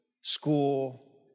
school